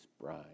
bride